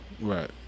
Right